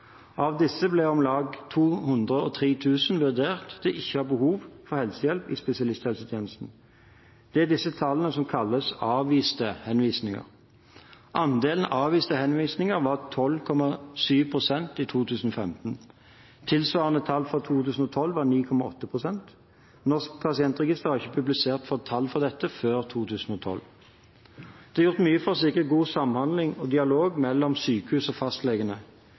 Av disse ble om lag 203 000 vurdert til ikke å ha behov for helsehjelp i spesialisthelsetjenesten. Det er disse tallene som kalles avviste henvisninger. Andelen avviste henvisninger var 12,7 pst. i 2015. Tilsvarende tall for 2012 var 9,8 pst. Norsk pasientregister har ikke publisert tall for dette før 2012. Det er gjort mye for å sikre god samhandling og dialog mellom sykehus og fastlegene.